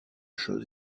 choses